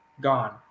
gone